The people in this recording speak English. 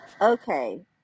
Okay